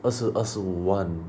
二十二十五万